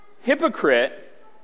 hypocrite